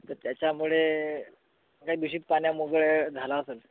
त्याच्यामुळे काही दुषित पाण्यामुळे झाला असंल